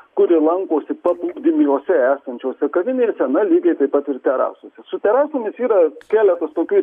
kuri lankosi paplūdimiuose esančiose kavinėse na lygiai taip pat ir terasose su terasomis yra keletas tokių